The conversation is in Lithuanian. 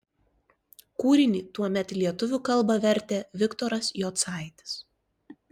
kūrinį tuomet į lietuvių kalbą vertė viktoras jocaitis